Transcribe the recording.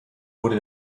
wurde